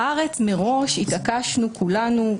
בארץ מראש התעקשנו כולנו,